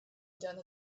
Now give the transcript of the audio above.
done